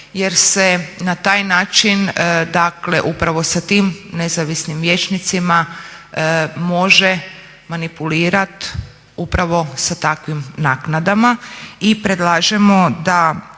jer se na taj način dakle upravo sa tim nezavisnim vijećnicima može manipulirati upravo sa takvim naknadama. I predlažemo da